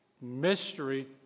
mystery